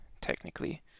technically